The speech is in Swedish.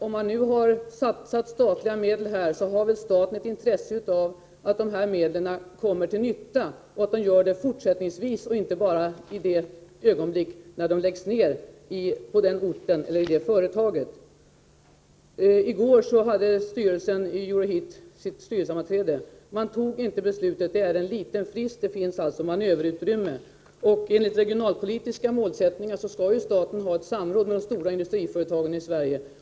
Om man nu har satsat statliga medel här, så har väl staten ett intresse av att dessa medel kommer till nytta även fortsättningsvis och inte bara i det ögonblick när de sätts in på en viss ort eller i ett visst företag? I går hade styrelsen i Euroheat sitt styrelsesammanträde. Man tog dock inte beslut i detta ärende, utan det är en liten frist. Det finns alltså manöverutrymme. Enligt regionalpolitiska målsättningar skall ju staten ha ett samråd med de stora industriföretagen i Sverige.